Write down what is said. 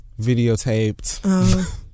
videotaped